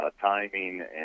timing